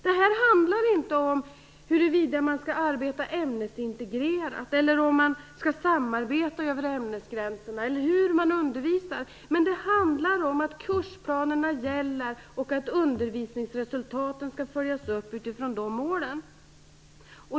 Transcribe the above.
Det här handlar inte om huruvida man skall arbeta ämnesintegrerat, huruvida man skall samarbeta över ämnesgränserna eller hur man undervisar, utan det handlar om att kursplanerna gäller och att undervisningsresultaten skall följas upp utifrån de målen.